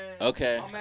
Okay